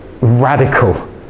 radical